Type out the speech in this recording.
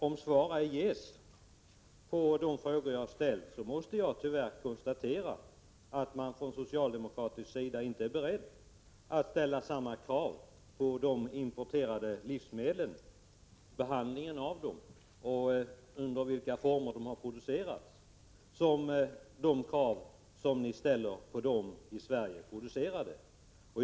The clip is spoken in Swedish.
Om svar ej ges på de frågor som jag har riktat till henne, måste jag tyvärr konstatera att man från socialdemokratisk sida inte är beredd att ställa samma krav på de importerade livsmedlen, när det gäller behandlingen av dem och under vilka former som de har producerats, som på de i Sverige producerade livsmedlen.